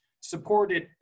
supported